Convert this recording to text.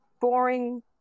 boring